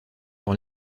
dans